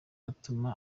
yatumye